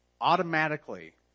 automatically